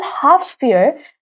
half-sphere